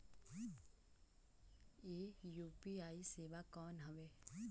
ये यू.पी.आई सेवा कौन हवे?